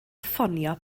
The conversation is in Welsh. ffonio